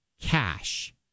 cash